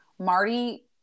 Marty